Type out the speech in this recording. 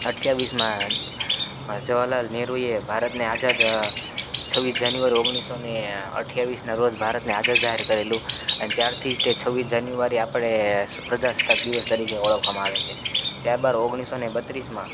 અઠ્ઠાવીસમાં જવાહરલાલ નેહરુએ ભારતને આઝાદ છવ્વીસ જાન્યુવાર ઓગણીસસો ને અઠ્ઠાવીસનાં રોજ ભારતને આઝાદ જાહેર કરેલું અને ત્યારથી જ તે છવ્વીસ જાન્યુવારી આપણે પ્રજાસત્તાક દિવસ તરીકે ઓળખવામાં આવે છે ત્યાર બાદ ઓગણીસસો ને બત્રીસમાં